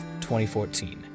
2014